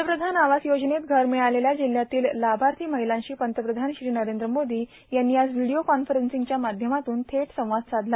पंतप्रधान आवास योजनेत घर भिळालेल्या जिल्ह्यातील लाभार्था र्माहलांशी पंतप्रधान श्री नरद्र मोदों यांनी आज व्हिडीओ कॉन्फरन्सिंगच्या माध्यमातून थेट संवाद साधला